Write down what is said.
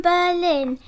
Berlin